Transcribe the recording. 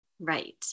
Right